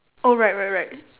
right right right